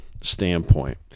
standpoint